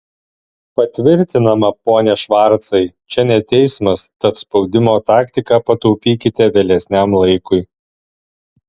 patvirtinama pone švarcai čia ne teismas tad spaudimo taktiką pataupykite vėlesniam laikui